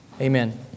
Amen